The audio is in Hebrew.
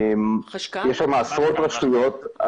יש שם עשרות רשויות,